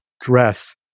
dress